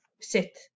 sit